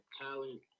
talent